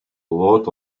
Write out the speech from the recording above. lot